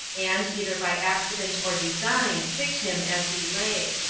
and, either by accident or design, kicked him as he lay.